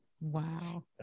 Wow